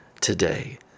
today